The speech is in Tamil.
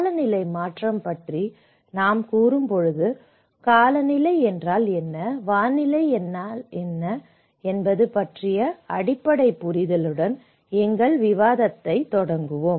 காலநிலை மாற்றம் பற்றி நாம் கூறும்போது காலநிலை என்றால் என்ன வானிலை என்ன என்பது பற்றிய அடிப்படை புரிதலுடன் எங்கள் விவாதத்தைத் தொடங்குவோம்